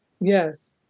Yes